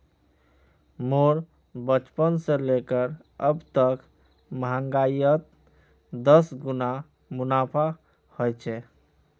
मोर बचपन से लेकर अब तक महंगाईयोत दस गुना मुनाफा होए छे